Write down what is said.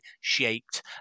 shaped